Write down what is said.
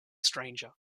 stranger